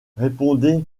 répondez